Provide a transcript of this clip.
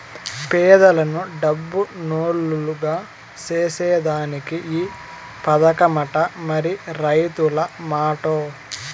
పేదలను డబ్బునోల్లుగ సేసేదానికే ఈ పదకమట, మరి రైతుల మాటో